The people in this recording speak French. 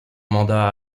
mandat